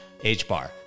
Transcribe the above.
HBAR